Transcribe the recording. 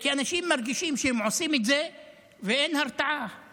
כי אנשים מרגישים שהם עושים את זה ואין הרתעה,